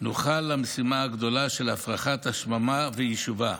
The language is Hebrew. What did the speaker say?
נוכל למשימה הגדולה של הפרחת השממה ויישובה.